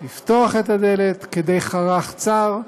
לפתוח את הדלת כדי חרך צר,